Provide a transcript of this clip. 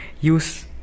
Use